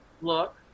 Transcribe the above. look